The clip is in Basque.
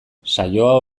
saioa